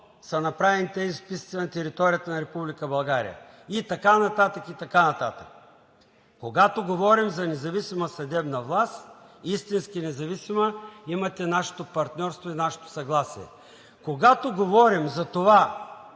са направени тези списъци на територията на Република България и така нататък, и така нататък? Когато говорим за независима съдебна власт – истински независима, имате нашето партньорство и нашето съгласие, когато говорим за това